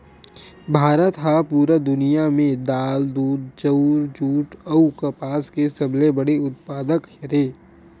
भारत हा पूरा दुनिया में दाल, दूध, चाउर, जुट अउ कपास के सबसे बड़े उत्पादक हरे